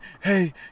hey